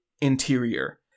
interior